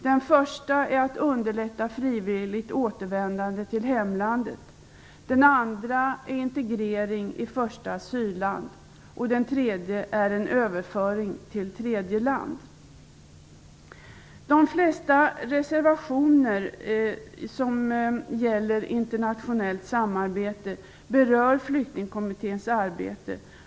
Den första är att underlätta frivilligt återvändande till hemlandet, den andra är integrering i första asylland, och den tredje är överföring till tredje land. De flesta reservationer som gäller internationellt samarbete berör Flyktingkommitténs arbete.